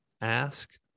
ask